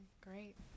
Great